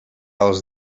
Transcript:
els